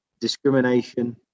discrimination